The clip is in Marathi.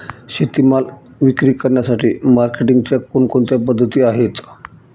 शेतीमाल विक्री करण्यासाठी मार्केटिंगच्या कोणकोणत्या पद्धती आहेत?